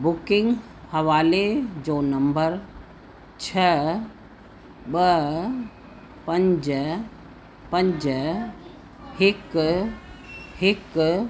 booking हवाले जो number छह ॿ पंज पंज हिकु हिकु